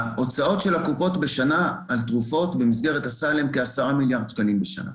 הוצאות הקופות בשנה על תרופות במסגרת הסל הן כעשרה מיליארד שקלים בשנה.